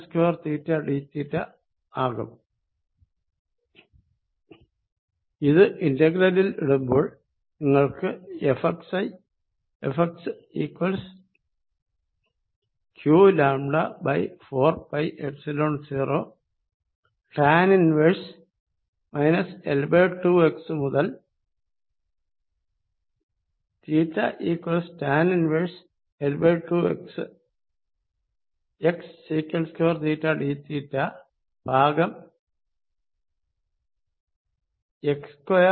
yxtanθ dyx sec2θdθ ഇത് ഇന്റെഗ്രലിൽ ഇടുമ്പോൾ നിങ്ങൾക്ക് Fx qλ4πϵ0 tan 1 L2x മുതൽ θ tan 1 L2x xsec2θ dθ ഭാഗം x3sec3θ